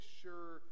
sure